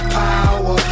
power